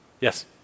Yes